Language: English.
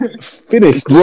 Finished